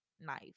knife